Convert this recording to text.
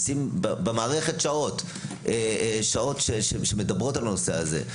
לשים במערכת השעות שעות שמדברות על הנושא הזה.